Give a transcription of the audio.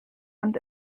und